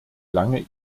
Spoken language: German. lange